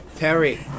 Terry